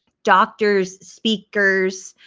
doctors, speakers,